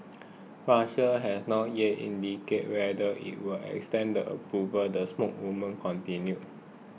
Russia has not yet indicated whether it will extend the approvals the spokeswoman continued